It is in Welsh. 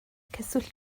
cyswllt